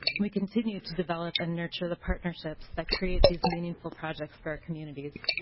we continue to develop and nurture the partnerships that create these meaningful projects for our communities.